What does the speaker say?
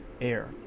air